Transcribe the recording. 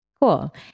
Cool